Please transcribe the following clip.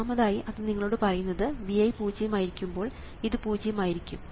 ഒന്നാമതായി അത് നിങ്ങളോട് പറയുന്നത് Vi പൂജ്യം ആയിരിക്കുമ്പോൾ ഇത് പൂജ്യം ആയിരിക്കും